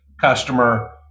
customer